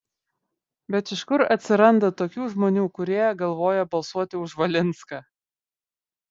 bet iš kur atsiranda tokių žmonių kurie galvoja balsuoti už valinską